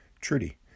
Trudy